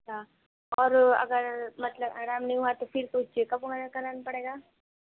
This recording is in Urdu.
اچھا اور اگر مطلب آرام نہیں ہوا تو پھر کچھ چیک اپ وغیرہ کرانا پڑے گا